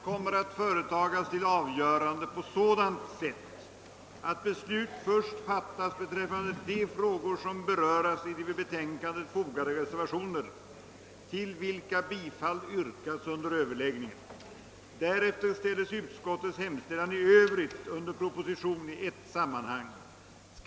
Utskottets hemställan kommer att företagas till avgörande på sådant sätt, att beslut först fattas beträffande de frågor som beröres i de vid betänkandet fogade reservationer, till vilka bifall yrkats under överläggningen. Därefter ställes utskottets hemställan i övrigt under proposition i ett sammanhang.